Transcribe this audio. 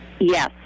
Yes